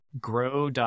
grow